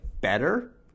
better